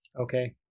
Okay